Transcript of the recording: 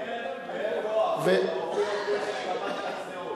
מעניין מאיפה אופיר אקוניס למד את הצניעות.